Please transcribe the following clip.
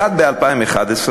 אחד ב-2011,